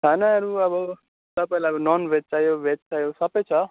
खानाहरू अब तपाईँलाई अब ननभेज चाहियो भेज चाहियो सबै छ